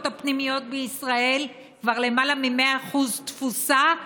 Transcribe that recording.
הפנימיות בישראל כבר למעלה מ-100% תפוסה,